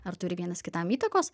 ar turi vienas kitam įtakos